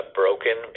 broken